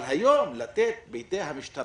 אבל, לתת היום בידי המשטרה,